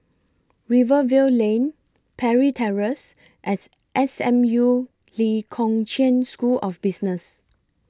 Rivervale Lane Parry Terrace and SMU Lee Kong Chian School of Business